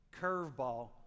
curveball